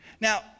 Now